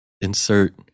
insert